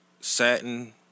satin